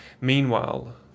Meanwhile